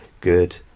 good